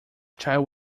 child